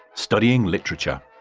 studying literature.